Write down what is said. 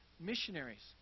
missionaries